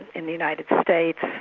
in the united states,